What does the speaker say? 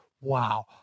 wow